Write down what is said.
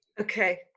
Okay